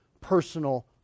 personal